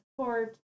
support